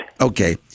Okay